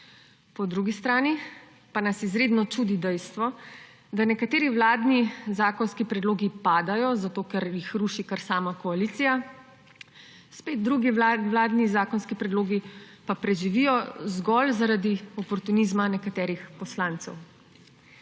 Po drugi strani pa nas izredno čudi dejstvo, da nekateri vladni zakonski predlogi padajo, zato ker jih ruši kar sama koalicija, spet drugi vladni zakonski predlogi pa preživijo zgolj zaradi oportunizma nekaterih poslancev.